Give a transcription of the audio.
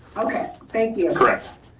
okay, thank you. correct.